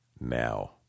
now